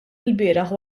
ilbieraħ